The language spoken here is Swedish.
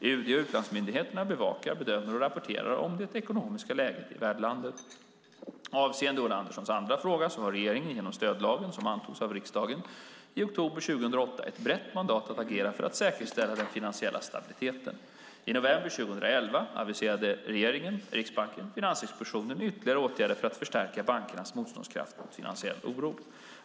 UD och utlandsmyndigheterna bevakar, bedömer och rapporterar om det ekonomiska läget i värdlandet. Avseende Ulla Anderssons andra fråga har regeringen genom stödagen, som antogs av riksdagen i oktober 2008, ett brett mandat att agera för att säkerställa den finansiella stabiliteten. I november 2011 aviserade regeringen, Riksbanken och Finansinspektionen ytterligare åtgärder för att stärka bankernas motståndskraft mot finansiell oro.